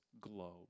globe